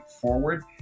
forward